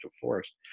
force